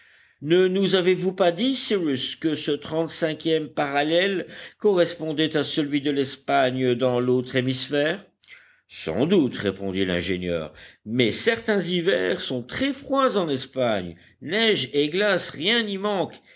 ne nous avez-vous pas dit cyrus que ce trente-cinquième parallèle correspondait à celui de l'espagne dans l'autre hémisphère sans doute répondit l'ingénieur mais certains hivers sont très froids en espagne neige et glace rien n'y manque